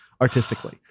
artistically